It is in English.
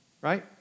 right